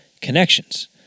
connections